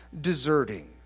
deserting